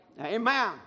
Amen